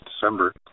December